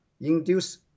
induce